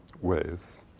ways